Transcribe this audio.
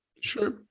sure